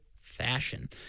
fashion